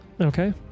Okay